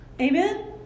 Amen